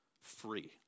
free